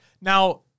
Now